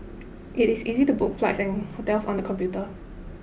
it is easy to book flights and hotels on the computer